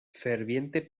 ferviente